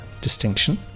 distinction